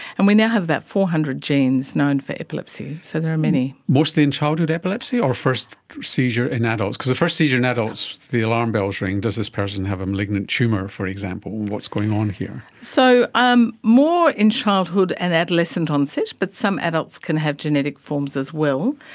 and we now have about four hundred genes known for epilepsy, so there are many. mostly in childhood epilepsy or first seizure in adults? because the first seizure in adults the alarm bells ring does this person have a malignant tumour, for example, what's going on here? so um more in childhood and adolescent um onset, but some adults can have genetic forms as well.